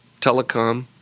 Telecom